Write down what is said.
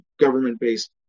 government-based